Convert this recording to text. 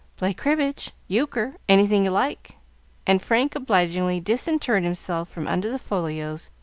play cribbage, euchre, anything you like and frank obligingly disinterred himself from under the folios,